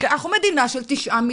היא בוודאי התכוונה במירכאות.